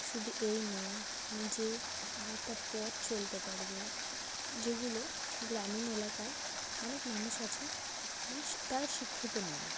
শুধু এই নয় নিজে অনেকটা পথ চলতে পারবে যেগুলো গ্রামীণ এলাকায় অনেক মানুষ আছে মানে তারা শিক্ষিত নয়